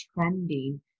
trending